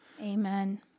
Amen